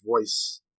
voice